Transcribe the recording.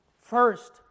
First